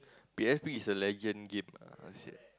P_S_P is a legend game ah I would say